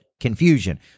confusion